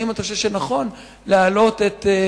האם אתה חושב שנכון להעלות את הרף,